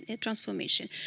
transformation